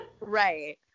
Right